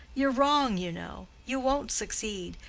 you're wrong, you know. you won't succeed.